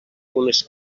unes